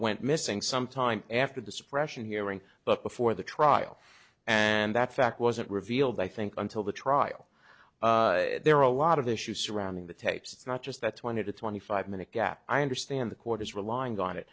went missing some time after the suppression hearing but before the trial and that fact wasn't revealed i think until the trial there are a lot of issues surrounding the tapes it's not just that twenty to twenty five minute gap i understand the court is relying on it